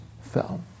fell